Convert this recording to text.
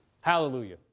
Hallelujah